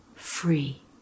free